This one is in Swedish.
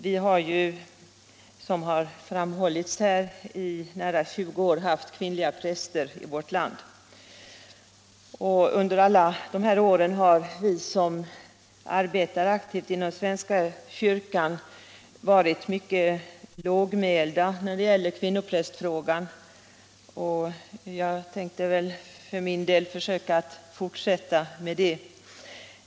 Vi har ju, som har framhållits här, i nära 20 år haft kvinnliga präster i vårt land. Under alla de här åren har vi som arbetar aktivt inom svenska kyrkan varit mycket lågmälda när det gäller kvinnoprästfrågan, och jag tänkte för min del försöka fortsätta med det.